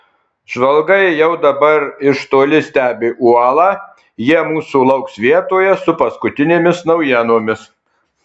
žvalgai jau dabar iš toli stebi uolą jie mūsų lauks vietoje su paskutinėmis naujienomis